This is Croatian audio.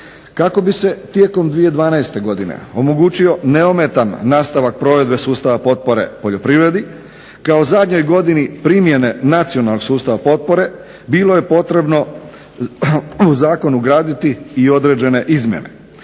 Kako bi se tijekom 2012. godine omogućio nastavak provedbe sustava potpore poljoprivredi kao zadnjoj godini primjene nacionalnog sustava potpore bilo je potrebno u zakon ugraditi i određene izmjene.